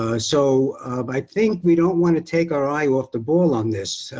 ah so by think we don't want to take our eye off the ball on this.